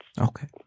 Okay